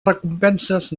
recompenses